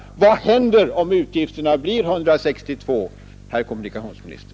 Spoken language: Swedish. Men vad händer om utgifterna blir 162 miljoner, herr kommunikationsminister?